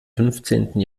fünfzehnten